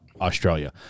Australia